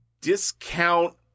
discount